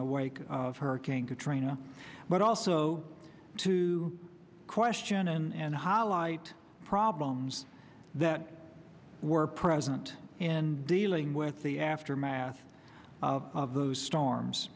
the wake of hurricane katrina but also to question and highlight the problems that were present in dealing with the aftermath of those storms